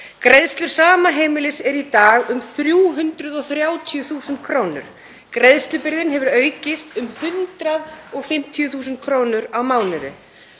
Greiðslur sama heimilis eru í dag um 330.000 kr. Greiðslubyrðin hefur aukist um 150.000 kr. á mánuði.